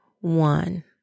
one